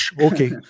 okay